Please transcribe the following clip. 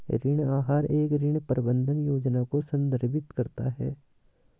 ऋण आहार एक ऋण प्रबंधन योजना को संदर्भित करता है